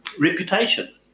reputation